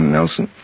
Nelson